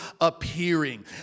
appearing